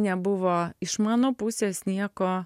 nebuvo iš mano pusės nieko